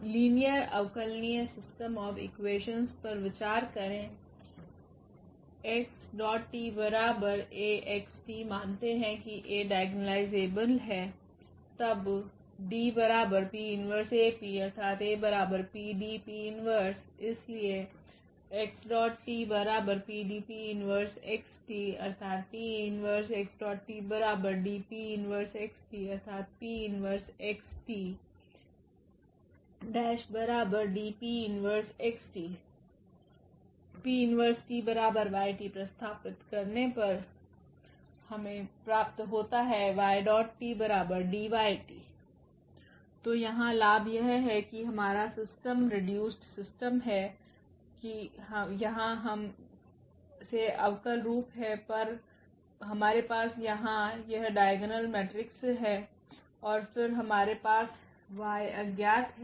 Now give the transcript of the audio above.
linear अवकलनीय system of equations पर विचार करें मानते है कि A डाइगोनलाइजेबल है तब 𝑃−1 𝑡𝑌𝑡 प्रतिस्थापित करने पर हमे प्राप्त होता है तो यहाँ लाभ यह है कि हमारा सिस्टम रिड्युसड़ रेदुकेडसिस्टम है कि यहाँ हम से अवकल रूप है हरे पास यहाँ यह डाइगोनल मेट्रिक्स है और फिर हमारे पास 𝑦 अज्ञात है